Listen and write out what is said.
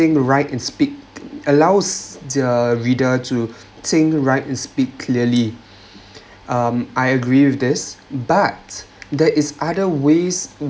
write and speak allows the reader to think write and speak clearly um I agree with this but there is other ways